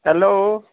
hello